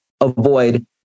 avoid